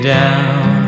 down